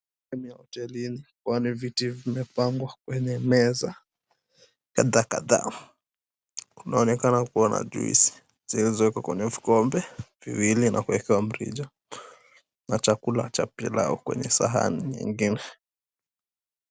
Ndani ya hotelini kuna viti vimepangwa kwenye meza kadhaa kadhaa , kunaonekana kuwa na(cs) juicy(cs) zilizowekwa kwenye vikombe viwili na kuwekewa mteja na chakula cha pilau kwenye sahani nyingine.